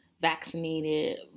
Vaccinated